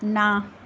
ਨਾਂ